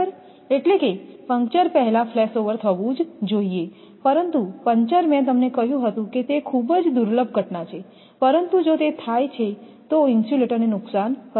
એટલે કે પંકચર પહેલાં ફ્લેશ ઓવર થવું જ જોઇએ પરંતુ પંચર મેં તમને કહ્યું હતું કે તે ખૂબ જ દુર્લભ ઘટના છે પરંતુ જો તે થાય તો ઇન્સ્યુલેટરને નુકસાન કરશે